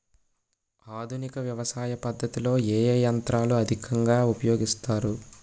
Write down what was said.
ఆధునిక వ్యవసయ పద్ధతిలో ఏ ఏ యంత్రాలు అధికంగా ఉపయోగిస్తారు?